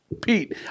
Pete